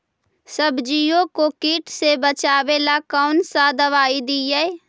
सब्जियों को किट से बचाबेला कौन सा दबाई दीए?